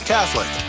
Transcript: Catholic